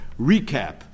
recap